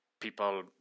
people